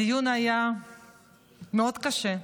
הדיון היה מאוד קשה,